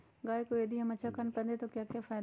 गाय को यदि हम अच्छा खानपान दें तो क्या फायदे हैं?